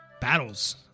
battles